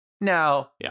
Now